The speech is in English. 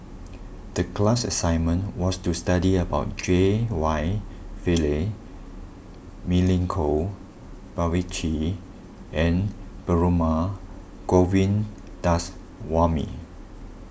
the class assignment was to study about J Y Pillay Milenko Prvacki and Perumal Govindaswamy